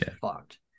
fucked